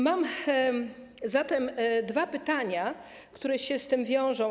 Mam zatem dwa pytania, które się z tym wiążą.